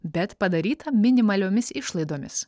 bet padaryta minimaliomis išlaidomis